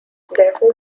therefore